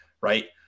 Right